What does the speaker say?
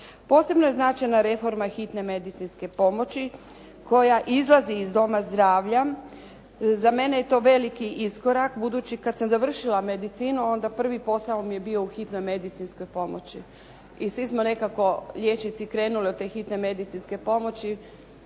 Posebno je značajna reforma hitne medicinske pomoći koja izlazi iz doma zdravlja. Za mene je to veliki iskorak budući kad sam završila medicinu onda prvi posao mi je bio u hitnoj medicinskoj pomoći i svi smo nekako liječnici krenuli od te hitne medicinske pomoći.